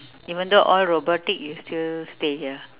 even though all robotics you still stay here